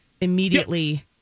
immediately